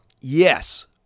yes